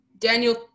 Daniel